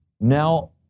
now